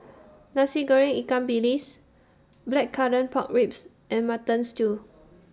Nasi Goreng Ikan Bilis Blackcurrant Pork Ribs and Mutton Stew